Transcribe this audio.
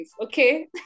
okay